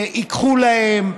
ייקחו להם.